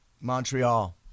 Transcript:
Montreal